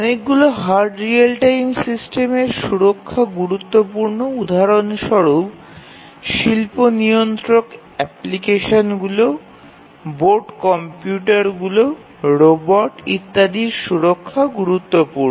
অনেকগুলি hard real time সিস্টেমের সুরক্ষা গুরুত্বপূর্ণ উদাহরণ স্বরূপ শিল্প নিয়ন্ত্রক অ্যাপ্লিকেশনগুলি বোর্ড কম্পিউটারগুলি রোবট ইত্যাদির সুরক্ষা গুরুতর